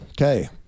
Okay